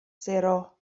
sero